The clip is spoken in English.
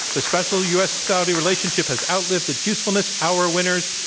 the special u. s. saudi relationship has outlived its usefulness. our winners.